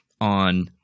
on –